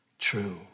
true